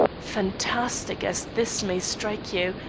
fantastic as this may strike you,